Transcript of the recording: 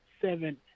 seven